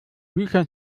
büchern